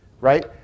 right